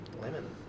lemon